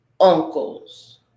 uncles